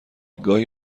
گاهی